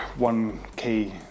1K